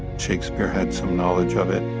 shakespeare had some knowledge of it.